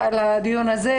על כל הרמות שלו,